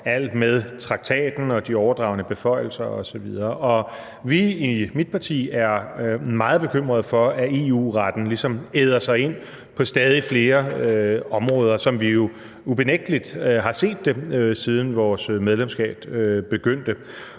alt med traktaten og de overdragne beføjelser osv. Og i mit parti er vi meget bekymrede for, at EU-retten ligesom æder sig ind på stadig flere områder, som vi jo unægtelig har set det, siden vores medlemskab begyndte.